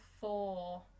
four